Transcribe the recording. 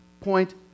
point